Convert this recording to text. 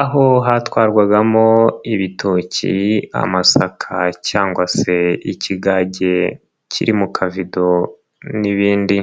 aho hatwarwagamo ibitoki, amasaka cyangwa se ikigage kiri mu kavido n'ibindi.